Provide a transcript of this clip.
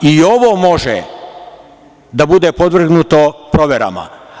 I, ovo može da bude podvrgnuto proverama.